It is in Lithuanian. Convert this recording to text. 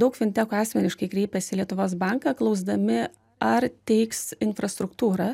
daug fintechų asmeniškai kreipėsi į lietuvos banką klausdami ar teiks infrastruktūrą